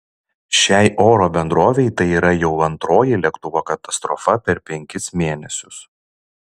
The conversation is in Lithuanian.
šiai oro bendrovei tai yra jau antroji lėktuvo katastrofa per penkis mėnesius